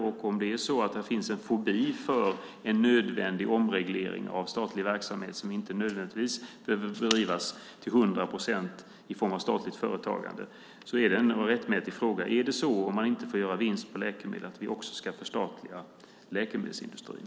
Om det finns en fobi för en nödvändig omreglering av statlig verksamhet som inte nödvändigtvis behöver bedrivas till hundra procent i form av statligt företagande är det ändå en rättmätig fråga. Om man inte får göra vinst på läkemedel, ska vi då också förstatliga läkemedelsindustrin?